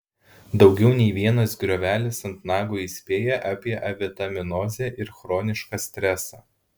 daugiau nei vienas griovelis ant nago įspėja avie avitaminozę ir chronišką stresą